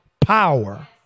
power